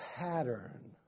pattern